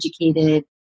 educated